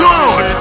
Lord